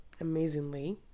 amazingly